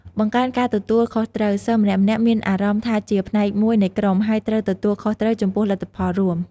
បង្កើនការទទួលខុសត្រូវ សិស្សម្នាក់ៗមានអារម្មណ៍ថាជាផ្នែកមួយនៃក្រុម ហើយត្រូវទទួលខុសត្រូវចំពោះលទ្ធផលរួម។